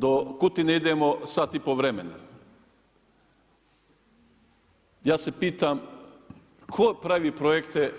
Do Kutine idemo sati i pol vremena, ja se pitam tko pravi projekte,